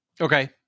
Okay